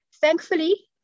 Thankfully